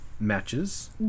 Matches